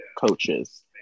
Coaches